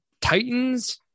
Titans